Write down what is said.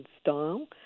style